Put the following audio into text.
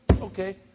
okay